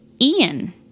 Ian